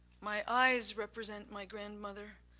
my eyes represent my grandmother,